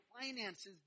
finances